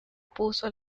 puso